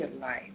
life